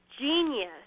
Genius